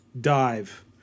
dive